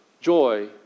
joy